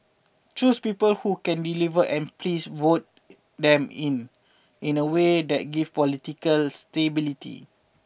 choose people who can deliver and please vote them in in a way that gives political stability